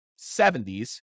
70s